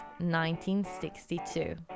1962